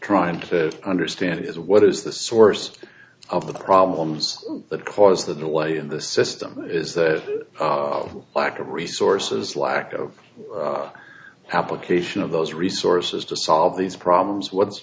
trying to understand is what is the source of the problems that cause that the way in the system is the lack of resources lack of application of those resources to solve these problems what's